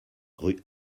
rue